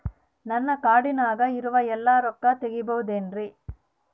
ನನ್ನ ಕಾರ್ಡಿನಾಗ ಇರುವ ಎಲ್ಲಾ ರೊಕ್ಕ ತೆಗೆಯಬಹುದು ಏನ್ರಿ?